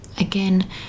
again